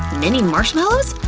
mini-marshmallows?